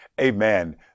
Amen